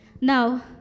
Now